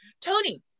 Tony